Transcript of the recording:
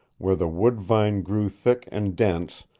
where the wood-vine grew thick and dense,